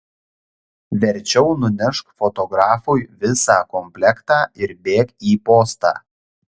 verčiau nunešk fotografui visą komplektą ir bėk į postą